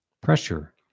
Pressure